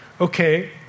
okay